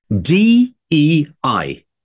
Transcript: D-E-I